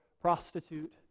prostitute